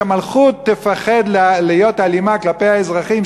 שהמלכות תפחד להיות אלימה כלפי האזרחים,